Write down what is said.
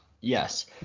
Yes